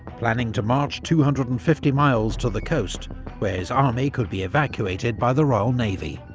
planning to march two hundred and fifty miles to the coast where his army could be evacuated by the royal navy.